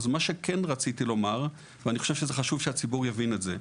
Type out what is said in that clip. אז מה שכן רציתי לומר, וחשוב שהציבור יבין את זה: